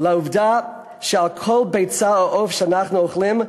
לעובדה שעל כל ביצה או עוף שאנחנו אוכלים,